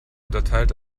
unterteilt